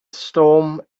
storm